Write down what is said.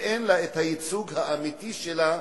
ואין לה את הייצוג האמיתי שלה.